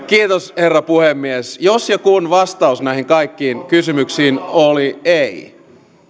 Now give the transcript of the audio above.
kiitos herra puhemies jos ja kun vastaus näihin kaikkiin kysymyksiin oli ei